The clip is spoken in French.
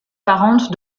parente